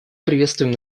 приветствуем